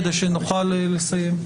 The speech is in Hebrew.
כדי שנוכל לסיים.